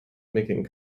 making